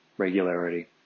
Regularity